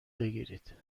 بگیرید